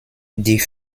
die